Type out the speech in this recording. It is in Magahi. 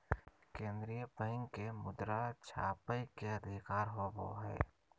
केन्द्रीय बैंक के मुद्रा छापय के अधिकार होवो हइ